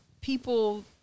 people